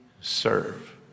serve